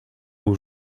aux